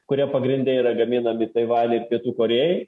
kurie pagrinde yra gaminami taivane ir pietų korėjoj